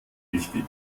wichtig